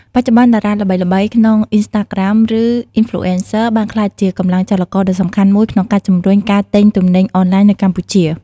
បច្ចុប្បន្ន តារាល្បីៗក្នុងអ៊ីនធឺណិត ឬអុីនផ្លូអេនសឹ បានក្លាយជាកម្លាំងចលករដ៏សំខាន់មួយក្នុងការជំរុញការទិញទំនិញអនឡាញនៅកម្ពុជា។